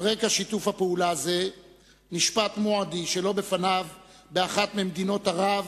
על רקע שיתוף הפעולה הזה נשפט מועדי שלא בפניו באחת ממדינות ערב